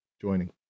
joining